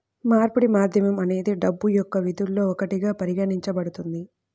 మార్పిడి మాధ్యమం అనేది డబ్బు యొక్క విధుల్లో ఒకటిగా పరిగణించబడుతుంది